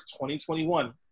2021